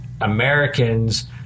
Americans